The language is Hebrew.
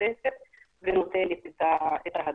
ונותנת את ההדרכה.